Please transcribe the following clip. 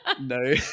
No